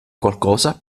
qualcosa